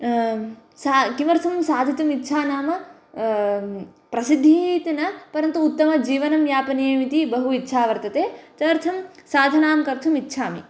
सा किमर्थं साधितुम् इच्छा नाम प्रसिद्धिः इति न परन्तु उत्तमजीवनं यापनीयमिति बहु इच्छा वर्तते तदर्थं साधनां कर्तुमिच्छामि